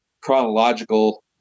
chronological